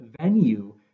venue